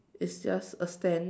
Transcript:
it's just a stand